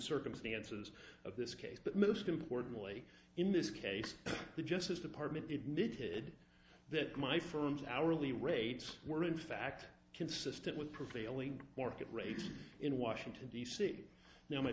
circumstances of this case but most importantly in this case the justice department admitted that my firm's hourly rates were in fact consistent with prevailing market rates in washington d c now my